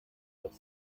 doch